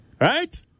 Right